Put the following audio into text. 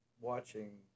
watching